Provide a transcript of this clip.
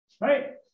Right